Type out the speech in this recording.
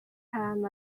time